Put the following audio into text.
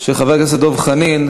של חבר הכנסת דב חנין.